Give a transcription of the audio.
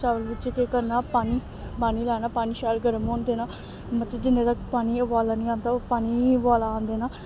चावल बिच्च केह् करना पानी लाना पानी शैल गर्म होन देना मतलब कि जिन्ने तक पानी गी उबाला निं आंदा ओह् पानी गी उबाला आन देना